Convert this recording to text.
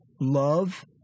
love